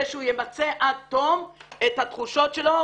כדי שהוא ימצה את התחושות שלו,